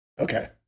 Okay